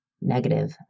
negative